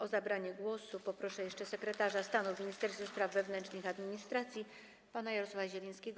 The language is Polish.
O zabranie głosu poproszę jeszcze sekretarza stanu w Ministerstwie Spraw Wewnętrznych i Administracji pana Jarosława Zielińskiego.